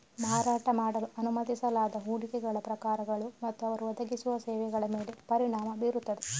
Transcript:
ಮಾರಾಟ ಮಾಡಲು ಅನುಮತಿಸಲಾದ ಹೂಡಿಕೆಗಳ ಪ್ರಕಾರಗಳು ಮತ್ತು ಅವರು ಒದಗಿಸುವ ಸೇವೆಗಳ ಮೇಲೆ ಪರಿಣಾಮ ಬೀರುತ್ತದೆ